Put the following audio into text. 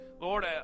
Lord